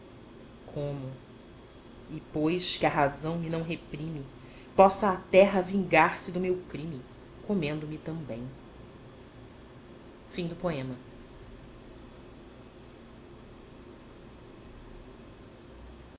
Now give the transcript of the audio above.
e pois que a razão não me reprime possa a terra vingar-se do meu crime comendo me também